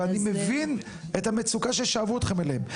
ואני מבין את המצוקה ששאבו אתכם אליהם.